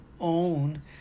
own